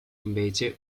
invece